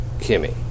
Kimmy